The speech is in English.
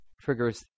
triggers